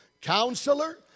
Counselor